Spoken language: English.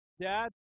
Dad